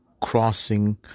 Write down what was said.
crossing